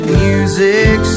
music